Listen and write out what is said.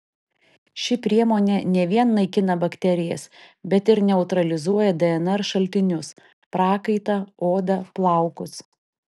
ši priemonė ne vien naikina bakterijas bet ir neutralizuoja dnr šaltinius prakaitą odą plaukus